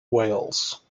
wales